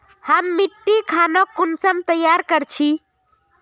हम मिट्टी खानोक कुंसम तैयार कर छी?